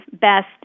best